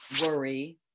worry